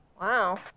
Wow